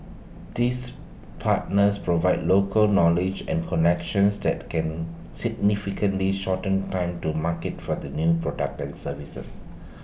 these partners provide local knowledge and connections that can significantly shorten time to market for the new products and services